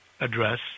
address